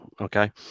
Okay